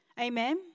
Amen